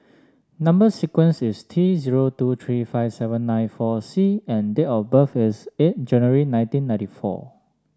number sequence is T zero two three five seven nine four C and date of birth is eight January nineteen ninety four